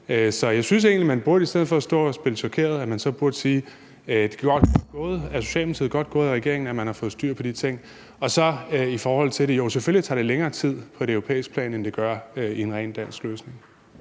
Så jeg synes egentlig, man i stedet for at stå og spille chokeret burde sige: Godt gået af Socialdemokratiet og godt gået af regeringen, at man har fået styr på de ting. I forhold til spørgsmålet vil jeg sige, at jo, selvfølgelig tager det længere tid på et europæisk plan, end det gør i en rent dansk løsning.